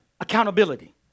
accountability